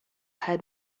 had